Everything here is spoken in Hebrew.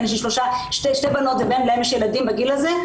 יש לי שתי בנות ובן שלהם יש ילדים בגיל הזה,